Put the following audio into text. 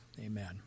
Amen